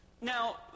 Now